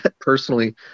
Personally